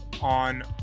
on